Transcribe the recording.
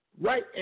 right